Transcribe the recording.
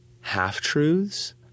half-truths